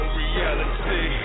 reality